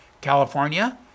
California